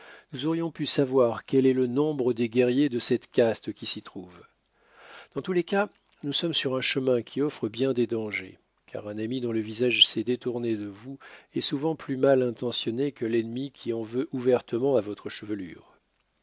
nous aurions pu savoir quel est le nombre des guerriers de cette caste qui s'y trouve dans tous les cas nous sommes sur un chemin qui offre bien des dangers car un ami dont le visage s'est détourné de vous est souvent plus mal intentionné que l'ennemi qui en veut ouvertement à votre chevelure